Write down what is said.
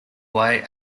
way